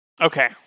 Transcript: Okay